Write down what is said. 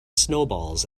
snowballs